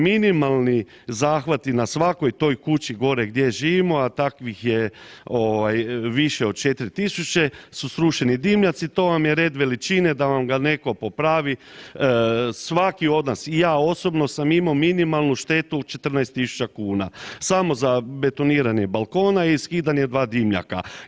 Minimalni zahvati na svakoj toj kući gore gdje živimo, a takvih je više od 4 tisuće su srušeni dimnjaci, to vam je red veličine, da vam ga netko popravi, svaki od nas i ja osobno sam imao minimalnu štetu, 14 tisuća kuna, samo za betoniranje balkona i skidanje 2 dimnjaka.